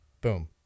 Boom